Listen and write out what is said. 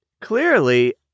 Clearly